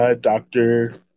doctor